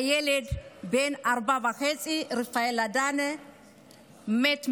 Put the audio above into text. הילד בן הארבע וחצי רפאל אדנה מת מפצעיו.